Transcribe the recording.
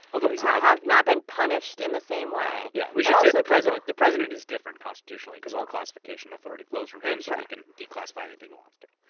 and yeah have not been punished in the same way. yeah. we should say the president the president is different constitutionally because all classification authority flows from him, so he can declassify anything he wants to.